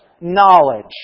knowledge